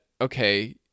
okay